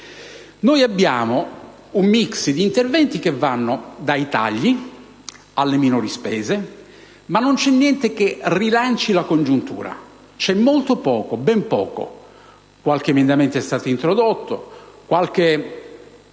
infatti, un *mix* di interventi che vanno dai tagli alle minori spese, ma non c'è niente che rilanci la congiuntura: c'è molto poco, ben poco. Qualche emendamento in tal senso è stato introdotto e qualche